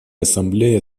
ассамблея